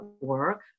work